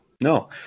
No